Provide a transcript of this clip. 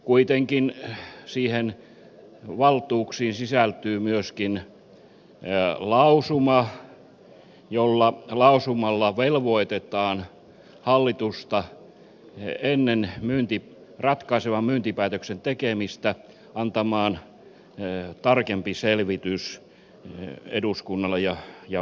kuitenkin niihin valtuuksiin sisältyy myöskin lausuma jolla velvoitetaan hallitusta ennen ratkaisevan myyntipäätöksen tekemistä antamaan tarkempi selvitys eduskunnalle ja valtiovarainvaliokunnalle